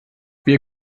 wir